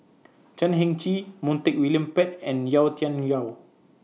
Chan Heng Chee Montague William Pett and Yau Tian Yau